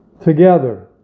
together